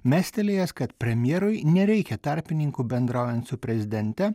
mestelėjęs kad premjerui nereikia tarpininkų bendraujant su prezidente